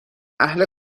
اهل